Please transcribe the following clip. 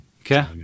okay